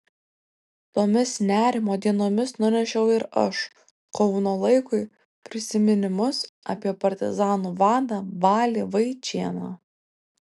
tomis nerimo dienomis nunešiau ir aš kauno laikui prisiminimus apie partizanų vadą balį vaičėną